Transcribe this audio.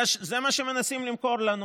זה מה שמנסים למכור לנו?